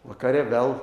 vakare vėl